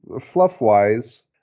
Fluff-wise